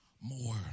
more